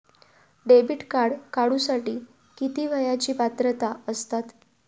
Debit card काढूसाठी किती वयाची पात्रता असतात?